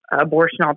abortion